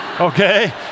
okay